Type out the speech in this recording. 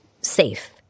safe